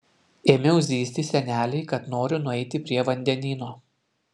ėmiau zyzti senelei kad noriu nueiti prie vandenyno